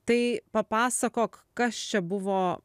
tai papasakok kas čia buvo